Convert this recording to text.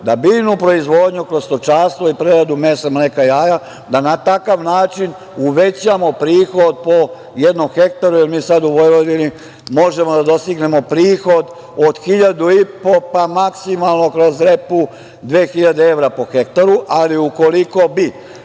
da biljnu proizvodnju kroz stočarstvu i preradu mesa, mleka, jaja, da na takav način uvećamo prihod po jednom hektaru, jer mi sada u Vojvodini možemo da dostignemo prihod od 1.500, pa maksimalno kroz repu 2.000 evra po hektaru, ali ukoliko bi